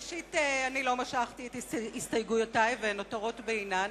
ראשית אני לא משכתי את הסתייגויותי והן נותרות בעינן.